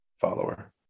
follower